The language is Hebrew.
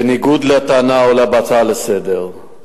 בניגוד לטענה העולה בהצעה לסדר-היום,